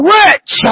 rich